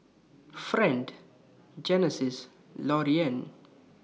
Friend Genesis Lorean